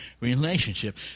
relationship